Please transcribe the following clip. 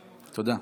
תודה.